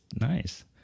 nice